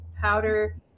Powder